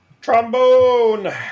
Trombone